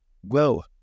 whoa